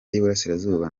y’iburasirazuba